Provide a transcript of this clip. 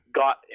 got